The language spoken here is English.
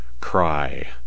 cry